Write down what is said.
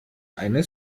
eine